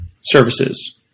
services